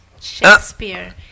Shakespeare